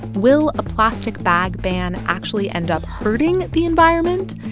will a plastic bag ban actually end up hurting the environment?